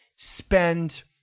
spend